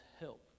help